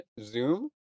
Zoom